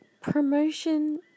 promotion